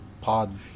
pod